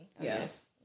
Yes